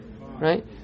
right